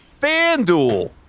FanDuel